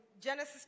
Genesis